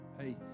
Hey